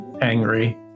angry